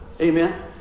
Amen